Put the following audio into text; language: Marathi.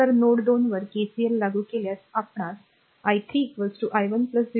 तर नोड 2 वर केसीएल लागू केल्यास आपणास i3 i1 0